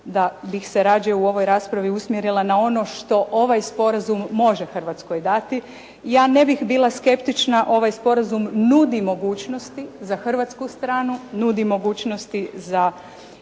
da bih se rađe u ovoj raspravi usmjerila na ono što ovaj Sporazum može Hrvatskoj dati. Ja ne bih bila skeptična. Ovaj Sporazum nudi mogućnosti za hrvatsku stranu, nudi mogućnosti za europsku